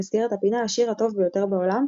במסגרת הפינה "השיר הטוב ביותר בעולם",